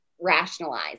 Rationalize